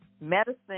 Medicine